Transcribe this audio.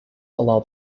allow